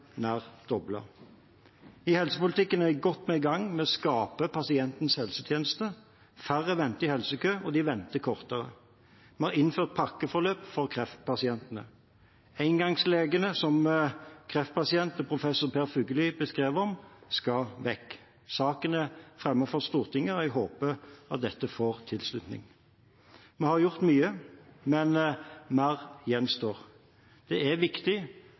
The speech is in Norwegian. nær doblet. I helsepolitikken er vi godt i gang med å skape pasientens helsetjeneste. Færre venter i helsekø, og de venter kortere. Vi har innført pakkeforløp for kreftpasientene. Engangslegene som kreftpasient og professor Per Fugelli beskrev, skal vekk. Saken er fremmet for Stortinget, og jeg håper at dette får tilslutning. Vi har gjort mye, men mer gjenstår. Det er viktig